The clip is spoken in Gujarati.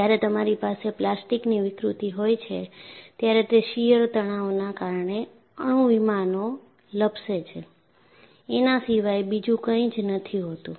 જ્યારે તમારી પાસે પ્લાસ્ટિકની વિકૃતિ હોય છે ત્યારે તે શીયર તણાવના કારણે અણુ વિમાનો લપસે છે એના સિવાય બીજું કંઈ જ નથી હોતું